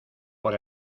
por